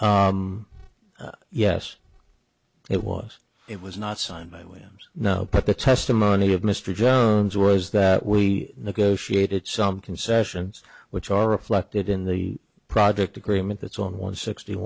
him yes it was it was not signed by whims no but the testimony of mr jun's was that we negotiated some concessions which are reflected in the product agreement that's on one sixty